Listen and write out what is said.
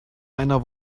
einer